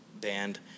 band